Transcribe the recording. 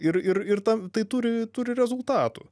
ir ir ir tam tai turi turi rezultatų